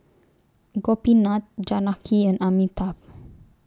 Gopinath Janaki and Amitabh